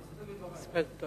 להסתפק בדברי.